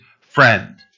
friend